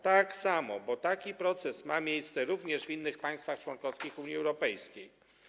Tak samo, bo taki proces ma miejsce również w innych państwach członkowskich Unii Europejskiej.